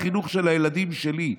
לחינוך של הילדים שלי,